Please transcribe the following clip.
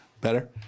Better